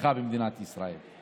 בצמיחה במדינת ישראל.